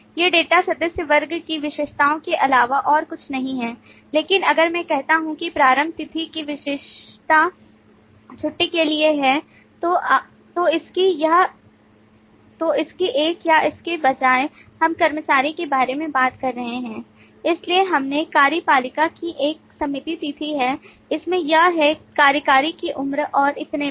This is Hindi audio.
ये डेटा सदस्य वर्ग की विशेषताओं के अलावा और कुछ नहीं हैं लेकिन अगर मैं कहता हूं कि प्रारंभ तिथि की विशेषता छुट्टी के लिए है तो इसकी एक या इसके बजाय हम कार्यकारी के बारे में बात कर रहे हैं इसलिए इसमें कार्यपालिका की एक सम्मिलित तिथि है इसमें यह है कार्यकारी की उम्र और इतने पर